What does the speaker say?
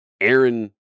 Aaron